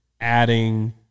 adding